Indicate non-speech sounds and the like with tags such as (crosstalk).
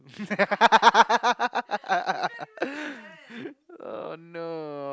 (laughs) oh no